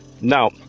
now